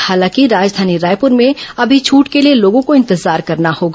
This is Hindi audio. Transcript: हालांकि राजधानी रायपुर में अभी छूट के लिए लोगों को इंतजार करना होगा